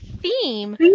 theme